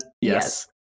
Yes